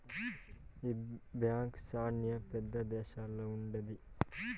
ఈ బ్యాంక్ శ్యానా పెద్ద దేశాల్లో ఉంటది